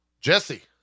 Jesse